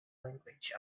language